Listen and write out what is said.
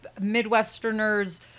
Midwesterners